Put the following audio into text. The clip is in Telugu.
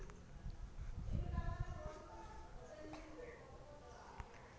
లేబర్ ఇన్సూరెన్సు ఎట్ల దరఖాస్తు చేసుకోవాలే?